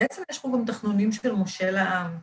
בעצם יש פה גם תחנונים של משה לעם.